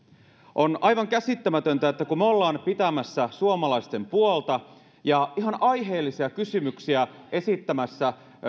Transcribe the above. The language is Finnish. on aivan käsittämätöntä että kun me olemme pitämässä suomalaisten puolta ja ihan aiheellisia kysymyksiä esittämässä